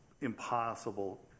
impossible